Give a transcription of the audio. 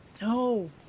No